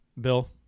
Bill